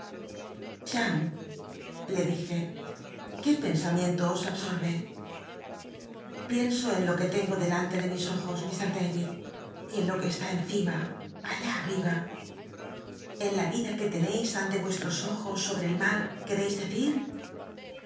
le dije qué pensam ient o os absorbr pienso en lo que tengo delante de mis ojo lf dayicl y en lo que esl i encima al l i anilla en la yida que leneis ante vncsltos ojos sobe el mar r teeis decir